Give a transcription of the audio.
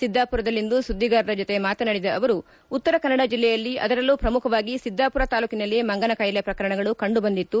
ಸಿದ್ದಾಪುರದಲ್ಲಿಂದು ಸುದ್ದಿಗಾರರ ಜತೆ ಮಾತನಾಡಿದ ಅವರು ಉತ್ತರ ಕನ್ನಡ ಜಿಲ್ಲೆಯಲ್ಲಿ ಅದರಲ್ಲೂ ಪ್ರಮುಖವಾಗಿ ಸಿದ್ದಾಪುರ ತಾಲೂಕಿನಲ್ಲಿ ಮಂಗನಕಾಯಿಲೆ ಪ್ರಕರಣಗಳು ಕಂಡುಬಂದಿತ್ತು